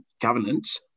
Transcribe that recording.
governance